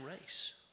race